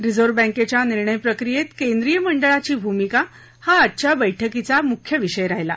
reserve बँकेच्या निर्णय प्रक्रियेत केंद्रिय मंडळाची भूमिका हा आजच्या बैठकीत चर्चेचा मुख्य विषय राहिला